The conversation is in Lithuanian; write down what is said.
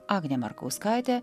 agnė markauskaitė